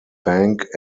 bank